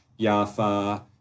Yafa